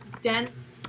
dense